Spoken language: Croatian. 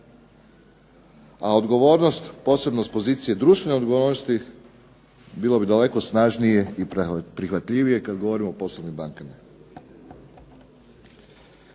a odgovornost posebno s pozicije društvene odgovornosti bilo bi daleko snažnije i prihvatljivije kad govorimo o poslovnim bankama.